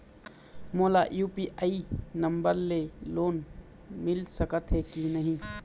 मोला UPI number ले loan मिल सकथे कि नहीं?